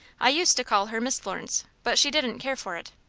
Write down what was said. i used to call her miss florence, but she didn't care for it.